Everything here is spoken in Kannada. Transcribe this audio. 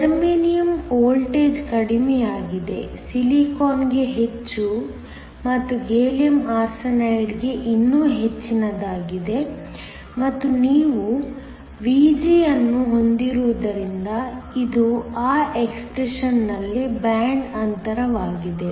ಜರ್ಮೇನಿಯಮ್ಗೆ ವೋಲ್ಟೇಜ್ ಕಡಿಮೆಯಾಗಿದೆ ಸಿಲಿಕಾನ್ಗೆ ಹೆಚ್ಚು ಮತ್ತು ಗ್ಯಾಲಿಯಮ್ ಆರ್ಸೆನೈಡ್ಗೆ ಇನ್ನೂ ಹೆಚ್ಚಿನದಾಗಿದೆ ಮತ್ತು ನೀವು Vg ಅನ್ನು ಹೊಂದಿರುವುದರಿಂದ ಇದು ಆ ಎಕ್ಸ್ಪ್ರೆಶನ್ಯಲ್ಲಿ ಬ್ಯಾಂಡ್ ಅಂತರವಾಗಿದೆ